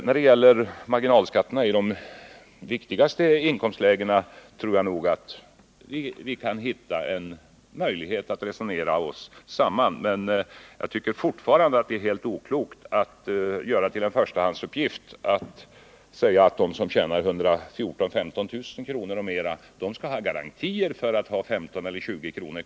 När det gäller marginalskatterna i de viktigaste inkomstlägena tror jag nog att vi kan hitta en möjlighet att resonera oss samman, men jag tycker fortfarande att det är helt oklokt att göra till en förstahandsuppgift att säga att de som tjänar 114 000-113 000 kr. och mer skall ha garantier för att ha 15 eller 20 kr.